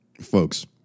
folks